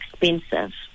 expensive